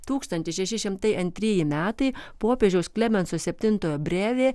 tūkstantis šeši šimtai antrieji metai popiežiaus klemenso septintojo brevė